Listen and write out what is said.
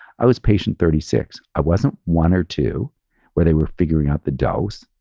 i was patient thirty six. i wasn't one or two where they were figuring out the dose.